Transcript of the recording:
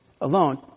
alone